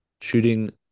shooting